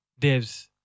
devs